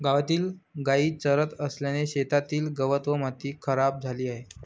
गावातील गायी चरत असल्याने शेतातील गवत व माती खराब झाली आहे